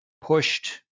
pushed